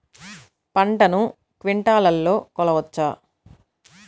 పంటను క్వింటాల్లలో కొలవచ్చా?